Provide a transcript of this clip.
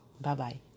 Bye-bye